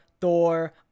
Thor